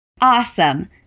Awesome